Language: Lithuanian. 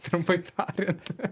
trumpai tariant